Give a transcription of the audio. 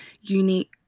unique